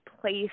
place